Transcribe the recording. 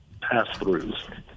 pass-throughs